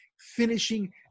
finishing